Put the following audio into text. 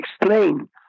explain